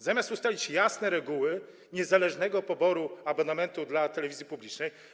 Zamiast ustalić jasne reguły niezależnego poboru abonamentu dla telewizji publicznej.